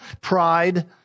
Pride